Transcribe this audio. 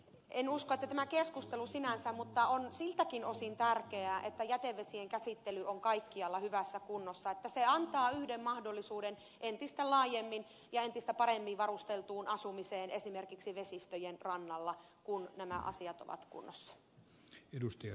en usko että tämä keskustelu sinänsä on heikentänyt sitä mahdollisuutta mutta on siltäkin osin tärkeää että jätevesien käsittely on kaikkialla hyvässä kunnossa että se antaa yhden mahdollisuuden entistä laajemmin ja entistä paremmin varusteltuun asumiseen esimerkiksi vesistöjen rannalla kun nämä asiat ovat kunnossa